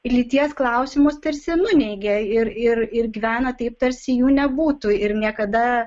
lyties klausimus tarsi nuneigia ir ir ir gyvena taip tarsi jų nebūtų ir niekada